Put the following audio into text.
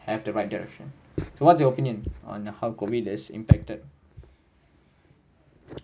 have the right direction so what's your opinion on how COVID has impacted